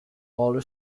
all